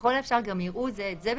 וככל האפשר גם יראו זה את זה,